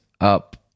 up